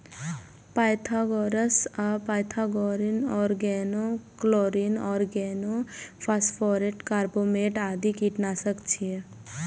pyrethrum आ pyrethrin, organochlorine, organophosphorus, carbamate आदि कीटनाशक छियै